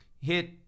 hit